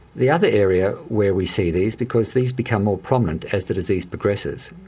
the other area where we see these because these become more prominent as the disease progresses,